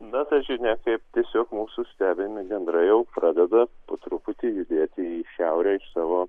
na ta žinia taip tiesiog mūsų stebimi gandrai jau pradeda po truputį judėti į šiaurę iš savo